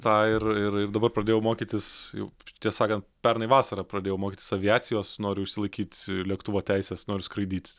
tą ir ir dabar pradėjau mokytis jau tiesą sakant pernai vasarą pradėjau mokytis aviacijos noriu išsilaikyt lėktuvo teises noriu skraidyt